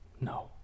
No